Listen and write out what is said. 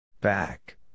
Back